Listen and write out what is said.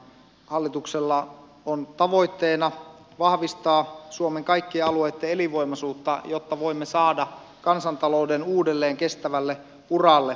hallituksella on tavoitteena vahvistaa suomen kaikkien alueitten elinvoimaisuutta jotta voimme saada kansantalouden uudelleen kestävälle uralle